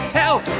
help